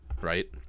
right